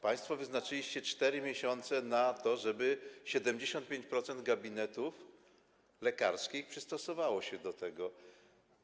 Państwo wyznaczyliście 4 miesiące na to, żeby 75% gabinetów lekarskich przystosowało się do tego wymogu.